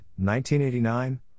1989